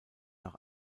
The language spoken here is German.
nach